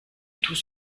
tout